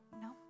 No